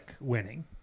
winning